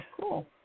cool